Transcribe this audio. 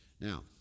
Now